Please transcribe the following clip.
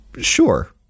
sure